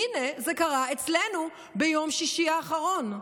הינה זה קרה אצלנו ביום שישי האחרון.